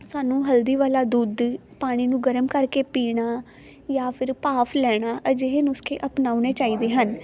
ਸਾਨੂੰ ਹਲਦੀ ਵਾਲਾ ਦੁੱਧ ਪਾਣੀ ਨੂੰ ਗਰਮ ਕਰਕੇ ਪੀਣਾ ਜਾਂ ਫਿਰ ਭਾਫ਼ ਲੈਣਾ ਅਜਿਹੇ ਨੁਸਖੇ ਅਪਨਾਉਣੇ ਚਾਈਦੇ ਹਨ